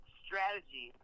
strategy